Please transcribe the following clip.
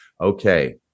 Okay